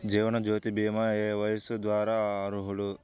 జీవనజ్యోతి భీమా ఏ వయస్సు వారు అర్హులు?